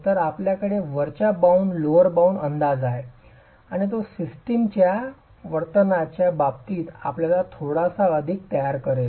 तर आपल्याकडे वरच्या बाउंड लोअर बाउंड अंदाज आहे आणि तो सिस्टमच्या वर्तनच्या बाबतीत आपल्याला थोडासा अधिक तयार करेल